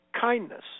kindness